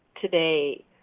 today